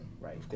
right